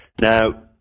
now